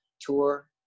tour